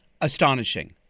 astonishing